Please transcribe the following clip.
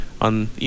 on